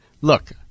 Look